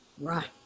Right